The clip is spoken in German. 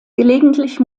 gelegentlich